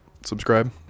subscribe